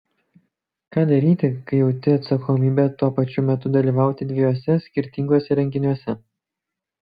ką daryti kai jauti atsakomybę tuo pačiu metu dalyvauti dviejuose skirtinguose renginiuose